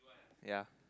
ya